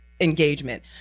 engagement